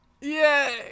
Yay